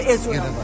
Israel